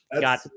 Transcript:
got